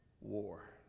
war